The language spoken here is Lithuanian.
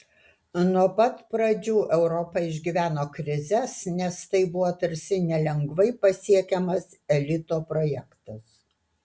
nuo pat pradžių europa išgyveno krizes nes tai buvo tarsi nelengvai pasiekiamas elito projektas